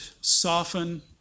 soften